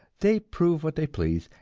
they prove what they please,